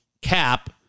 Cap